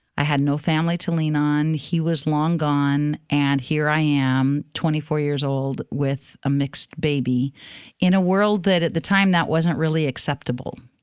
i had no family to lean on. he was long gone. and here i am, twenty four years old, with a mixed baby in a world that at the time that wasn't really acceptable.